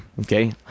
Okay